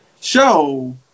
show